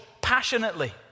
passionately